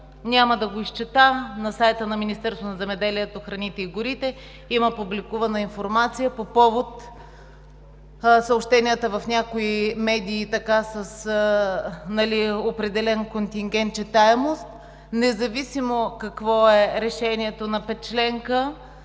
няма да го изчета. На сайта на Министерството на земеделието, храните и горите има публикувана информация по повод съобщенията в някои медии с определен контингент читаемост. Независимо какво е решението на петчленка,